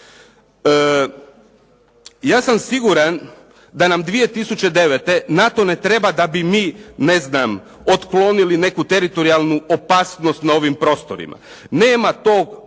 Ja sam siguran da nam 2009. NATO ne treba da bi mi, ne znam, otklonili neku teritorijalnu opasnost na ovim prostorima. Nema tog